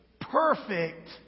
perfect